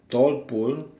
tall pole